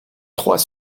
trois